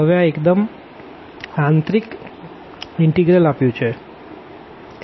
હવે આ એકદમ ઇન્નર ઇનટેગ્રલ આપ્યું છે x